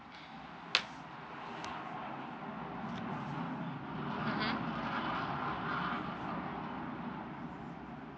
mmhmm